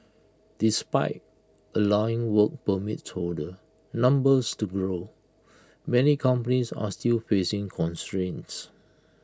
despite allowing work permits holder numbers to grow many companies are still facing constraints